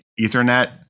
ethernet